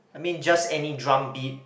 I mean just any drum beat